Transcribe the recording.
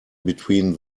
between